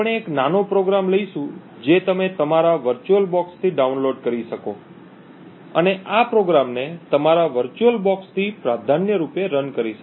આપણે એક નાનો પ્રોગ્રામ લઈશું જે તમે તમારા વર્ચ્યુઅલબોક્સથી ડાઉનલોડ કરી શકો અને આ પ્રોગ્રામને તમારા વર્ચ્યુઅલબોક્ષથી પ્રાધાન્યરૂપે રન કરી શકો